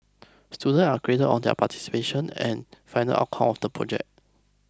students are graded on their participation and final outcome of the project